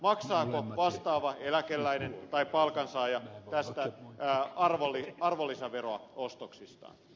maksaako vastaava eläkeläinen tai palkansaaja arvonlisäveroa ostoksistaan